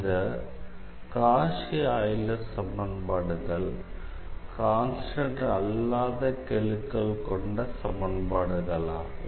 இந்த Cauchy Euler சமன்பாடுகள் constant அல்லாத கெழுக்கள் கொண்ட சமன்பாடுகள் ஆகும்